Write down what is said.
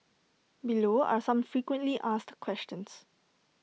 below are some frequently asked questions